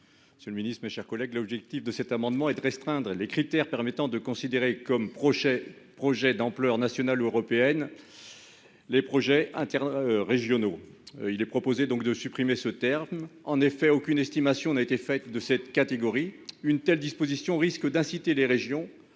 Monsieur le Ministre, mes chers collègues. L'objectif de cet amendement et de restreindre les critères permettant de considérer comme projet, projet d'ampleur nationale européenne. Les projets internes régionaux. Il est proposé donc de supprimer ce terme en effet aucune estimation n'a été faite de cette catégorie. Une telle disposition risque d'inciter les régions